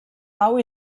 pau